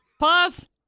Pause